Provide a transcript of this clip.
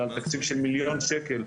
על תקציב של מיליון שקל.